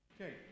Okay